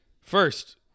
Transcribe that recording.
First